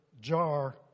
jar